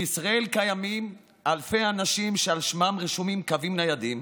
בישראל קיימים אלפי אנשים שעל שמם רשומים קווים ניידים,